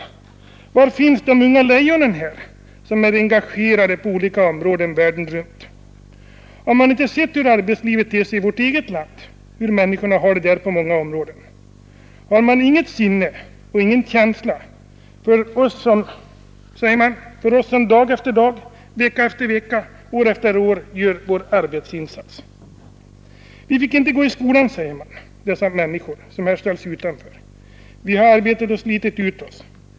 Var finns de unga lejonen, som engagerar sig i frågor som rör omvärlden? Har de inte sett hur arbetslivet ter sig i vårt eget land, hur människorna har det på många områden? Har man inget sinne och ingen känsla för oss, säger man, som dag efter dag, vecka efter vecka, år efter år gör vår arbetsinsats? Vi fick inte gå i skola, säger dessa människor som här ställs utanför. Vi har arbetat och slitit ut oss.